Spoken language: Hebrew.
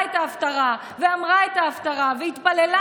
את ההפטרה ואמרה את ההפטרה והתפללה.